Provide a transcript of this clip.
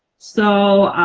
so